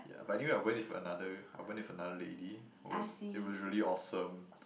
yeah but anyway I went with another I went with another lady it was it was really awesome